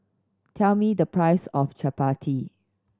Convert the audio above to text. tell me the price of Chapati